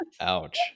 Ouch